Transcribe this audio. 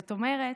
זאת אומרת,